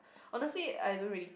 honestly I don't really